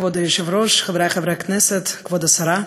כבוד היושב-ראש, חברי חברי הכנסת, כבוד השרה,